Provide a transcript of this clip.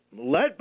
let